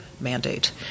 mandate